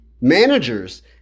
managers